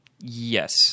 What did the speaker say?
yes